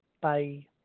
Bye